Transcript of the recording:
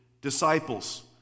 disciples